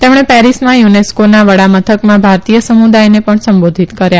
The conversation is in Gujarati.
તેમણે પેરીસમાં યુનેસ્કોના વડામથકમાં ભારતીય સમુદાયને પણ સંબોધિત કર્યા